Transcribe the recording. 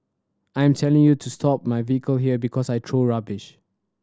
I am telling you to stop my vehicle here because I throw rubbish